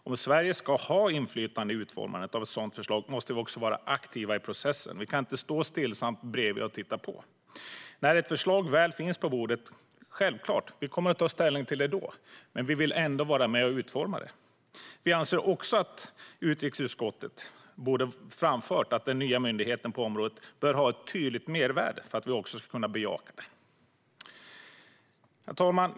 Om Sverige ska ha inflytande i utformandet av ett sådant förslag måste vi vara aktiva i processen. Vi kan inte stå helt stillsamt bredvid och titta på. När ett förslag väl finns på bordet kommer vi självfallet att ta ställning till det, men vi vill ändå vara med och utforma det. Vi anser också att utrikesutskottet borde framföra att den nya myndigheten på området bör ha ett tydligt mervärde för att vi ska kunna bejaka den. Herr talman!